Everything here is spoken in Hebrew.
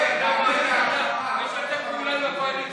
אתה משתף פעולה עם הקואליציה.